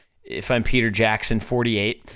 if i'm peter jackson, forty eight,